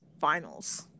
finals